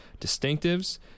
distinctives